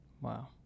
wow